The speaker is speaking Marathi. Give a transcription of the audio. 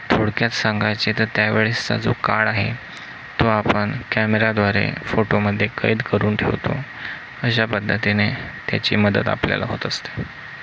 थोडक्यात सांगायचे तर त्यावेळेसचा जो काळ आहे तो आपण कॅमेराद्वारे फोटोमध्ये कैद करून ठेवतो अशा पद्धतीने त्याची मदत आपल्याला होत असते